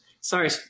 Sorry